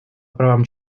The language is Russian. правам